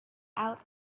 out